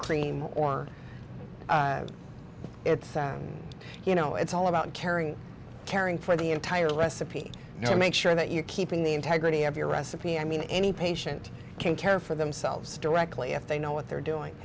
cream or it's you know it's all about caring caring for the entire recipe you know make sure that you're keeping the integrity of your recipe i mean any patient can care for themselves directly if they know what they're doing